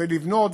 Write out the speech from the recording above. לבנות,